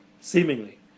seemingly